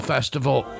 Festival